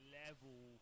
level